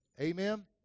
Amen